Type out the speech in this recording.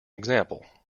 example